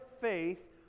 faith